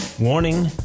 Warning